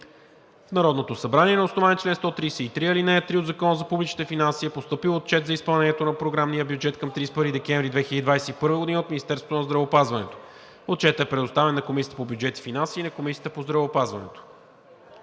В Народното събрание на основание чл. 133, ал. 3 от Закона за публичните финанси е постъпил Отчет за изпълнението на програмния бюджет към 31 декември 2021 г. от Министерството на здравеопазването. Отчетът е предоставен на Комисията по бюджет и финанси и на Комисията по здравеопазване.